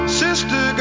sister